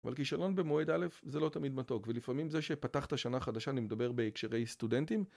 אבל כישלון במועד א' זה לא תמיד מתוק, ולפעמים זה שפתחת שנה חדשה אני מדבר בהקשרי סטודנטים